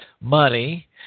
money